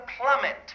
plummet